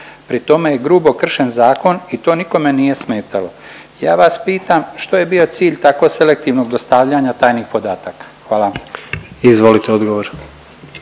pri tome je grubo kršen zakon i to nikome nije smetalo. Ja vas pitam što je bio cilj tako selektivnog dostavljanja tajnih podataka? Hvala vam.